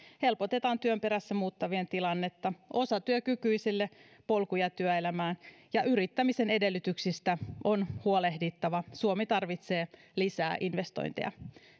helpotetaan työn perässä muuttavien tilannetta osatyökykyiselle polkuja työelämään ja yrittämisen edellytyksistä on huolehdittava suomi tarvitsee lisää investointeja